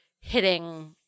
hitting